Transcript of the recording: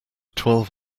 twelve